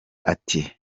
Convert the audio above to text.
ati